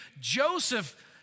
Joseph